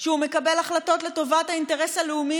שהוא מקבל החלטות לטובת האינטרס הלאומי